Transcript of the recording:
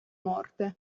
morte